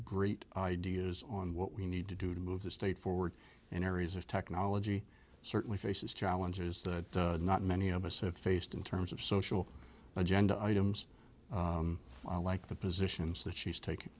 great ideas on what we need to do to move the state forward in areas of technology certainly faces challenges that not many of us have faced in terms of social agenda items like the positions that she's take